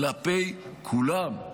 כלפי כולם.